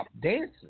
dancing